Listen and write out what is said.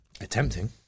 Attempting